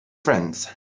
friends